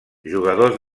jugadors